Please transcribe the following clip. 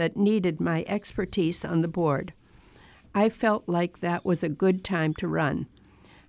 that needed my expertise on the board i felt like that was a good time to run